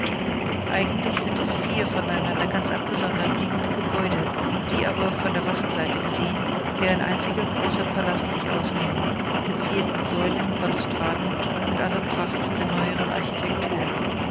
eigentlich sind es vier voneinander ganz abgesondert liegende gebäude die aber von der wasserseite gesehen wie ein einziger großer palast sich ausnehmen geziert mit säulen balustraden und aller pracht der neueren architektur